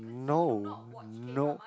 no no